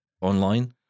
online